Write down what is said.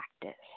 practice